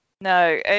No